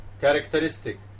Characteristic